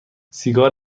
سیگار